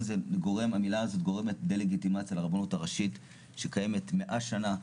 המילה הזאת גורמת לדה-לגיטימציה לרבנות הראשית שקיימת 100 שנה,